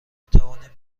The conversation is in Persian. میتوانیم